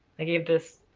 i gave this